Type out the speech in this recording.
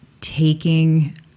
taking